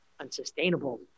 unsustainable